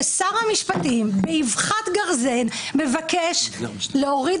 כששר המשפטים באבחת גרזן מבקש להוריד